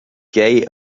gaye